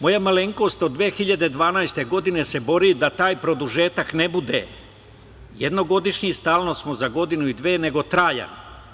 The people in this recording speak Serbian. Moja malenkost od 2012. godine se bori da taj produžetak ne bude jednogodišnji, stalno smo za godinu i dve, nego trajan.